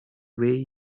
way